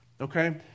Okay